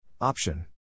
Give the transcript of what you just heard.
Option